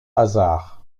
hasard